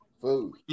food